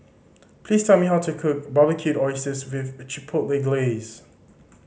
please tell me how to cook Barbecued Oysters with Chipotle Glaze